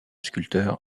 sculpteur